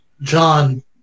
John